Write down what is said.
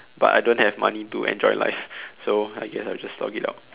but I don't have money to enjoy life so I guess I will just slog it out